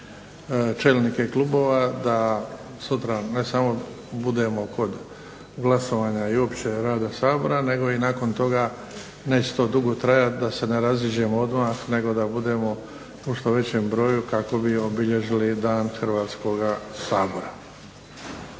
čelnike klubova da budemo ne samo kod glasovanja i općeg rada SAbora nego i nakon toga. Neće to dugo trajati da se ne raziđemo odmah nego da budemo u što većem broju kako bi obilježili Dan Hrvatskog sabora.